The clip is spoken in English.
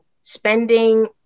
spending